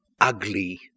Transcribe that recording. ugly